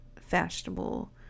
fashionable